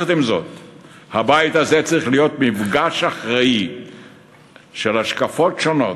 הבית הזה צריך להיות מפגש אחראי של השקפות שונות,